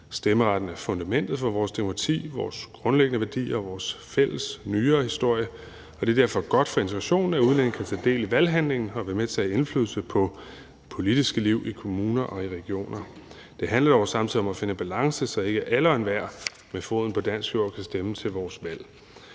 Stemmeretten er fundamentet for vores demokrati, vores grundlæggende værdier og vores fælles nyere historie, og det er derfor godt for integrationen, at udlændinge kan tage del i valghandlingen og være med til at have indflydelse på det politiske liv i kommuner og regioner. Det handler dog samtidig om at finde en balance, så ikke alle og enhver med foden på dansk jord kan stemme til vores valg.